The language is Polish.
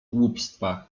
głupstwach